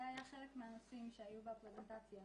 זה היה חלק מהנושאים שהיו בפרזנטציה.